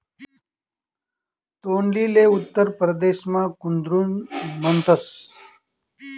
तोंडलीले उत्तर परदेसमा कुद्रुन म्हणतस